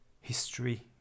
history